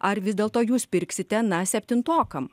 ar vis dėlto jūs pirksite na septintokam